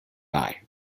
bye